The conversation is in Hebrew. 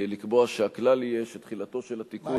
הכלל יהיה שתחילתו של התיקון היא,